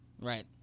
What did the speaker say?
Right